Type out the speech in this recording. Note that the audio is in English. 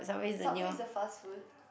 Subway is a fast food